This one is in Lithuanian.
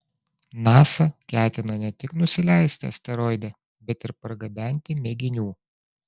nasa ketina ne tik nusileisti asteroide bet ir pargabenti mėginių